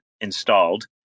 installed